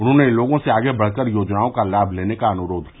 उन्होंने लोगों से आगे बढ़कर योजनाओं का लाभ लेने का अनुरोध किया